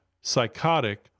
psychotic